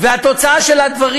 התוצאה של הדברים,